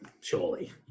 surely